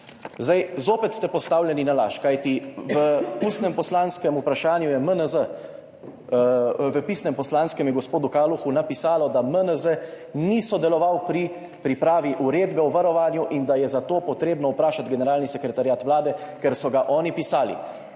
Zopet ste postavljeni na laž, kajti v pisnem poslanskem vprašanju je MNZ gospodu Kalohu napisalo, da MNZ ni sodeloval pri pripravi uredbe o varovanju in da je za to potrebno vprašati Generalni sekretariat Vlade, ker so ga oni pisali.